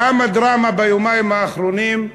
כמה דרמה ביומיים האחרונים.